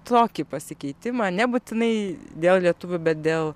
tokį pasikeitimą nebūtinai dėl lietuvių bet dėl